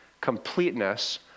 completeness